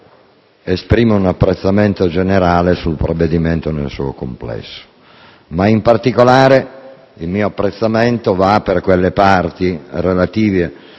esprimo un apprezzamento generale sul provvedimento nel suo complesso. In particolare, il mio apprezzamento va a quelle parti relative